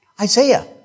Isaiah